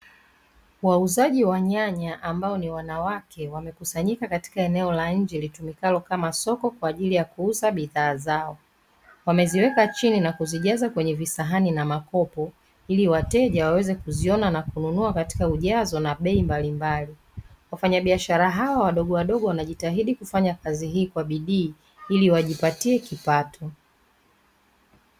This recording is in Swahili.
Wauzaji wa nyanya ambao ni wanawake wamekusanyika katika eneo la nje litumikalo kama soko kwa ajili ya kuuza bidhaa zao, wameziweka chini na kuzijaza kwenye visahani na makopo ili wateja waweze kuziona na kununua katika ujazo na bei mbalimbali. Wafanyabiashara hawa wadogo wadogo wanajitahidi kufanya kazi hii kwa bidii ili wajipatie kipato.